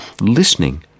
listening